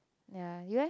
ya you like